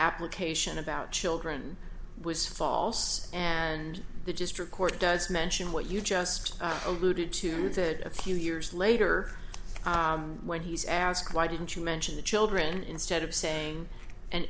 application about children was false and the district court does mention what you just alluded to that a few years later when he's asked why didn't you mention the children instead of saying an